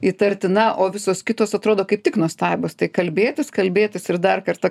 įtartina o visos kitos atrodo kaip tik nuostabios tai kalbėtis kalbėtis ir dar kartą